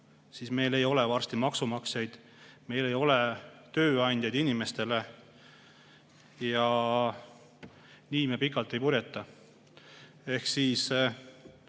siis meil ei ole varsti maksumaksjaid, meil ei ole tööandjaid ja nii me pikalt ei purjeta. Ehk siis: